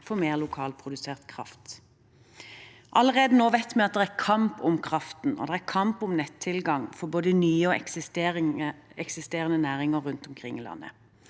for mer lokalprodusert kraft. Allerede nå vet vi at det er kamp om kraften, og det er kamp om nettilgang for både nye og eksisterende næringer rundt omkring i landet.